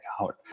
out